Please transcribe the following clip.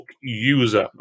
user